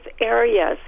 areas